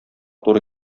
туры